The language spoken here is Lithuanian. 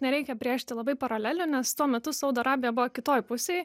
nereikia brėžti labai paralelių nes tuo metu saudo arabija buvo kitoj pusėj